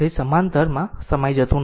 તે સમાંતરમાં સમાઈ જતું નથી